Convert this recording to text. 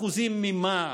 אחוזים ממה?